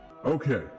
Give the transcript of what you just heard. Okay